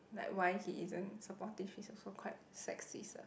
like why he isn't supportive is also quite sexist ah